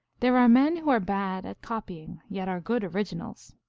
there are men who are bad at copying, yet are good originals,